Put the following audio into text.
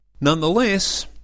Nonetheless